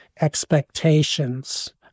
expectations